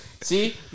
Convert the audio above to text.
see